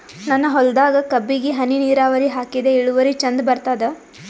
ನನ್ನ ಹೊಲದಾಗ ಕಬ್ಬಿಗಿ ಹನಿ ನಿರಾವರಿಹಾಕಿದೆ ಇಳುವರಿ ಚಂದ ಬರತ್ತಾದ?